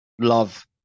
love